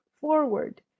forward